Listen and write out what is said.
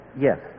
yes